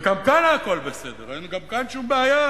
וגם כאן הכול בסדר, גם כאן אין שום בעיה,